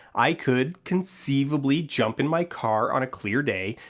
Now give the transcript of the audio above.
i could conceivably jump in my car on a clear day,